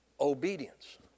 obedience